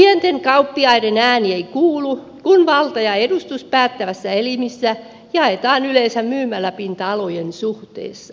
pienten kauppiaiden ääni ei kuulu kun valta ja edustus päättävissä elimissä jaetaan yleensä myymäläpinta alojen suhteessa